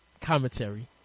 commentary